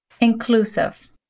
Inclusive